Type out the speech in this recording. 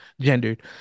gendered